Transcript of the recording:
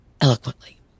eloquently